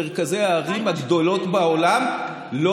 הן מוקמות היום במרכזי הערים הגדולות בעולם לא